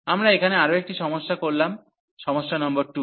আমরা এখানে আরও একটি সমস্যা করলাম সমস্যা নম্বর 2